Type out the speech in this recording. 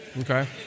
Okay